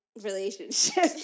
relationship